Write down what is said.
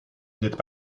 n’êtes